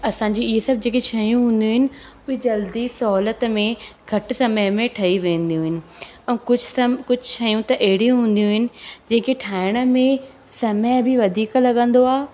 असांजी इहो सभु जेकी शयूं हूंदियूं आहिनि उहे जल्दी सहूलियत में घटि समय में ठही वेंदियूं आहिनि ऐं कुझु कुझु शयूं त अहिड़ियूं हूंदियूं आहिनि जेके ठाहिण में समय बि वधीक लॻंदो आहे